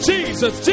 Jesus